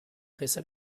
pressa